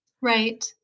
Right